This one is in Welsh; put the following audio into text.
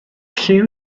lle